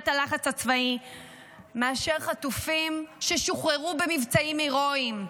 הלחץ הצבאי מאשר שוחררו חטופים במבצעים הירואיים,